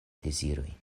deziroj